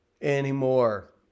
anymore